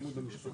זה.